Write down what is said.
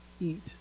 eat